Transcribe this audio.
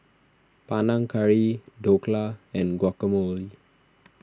Panang Curry Dhokla and Guacamole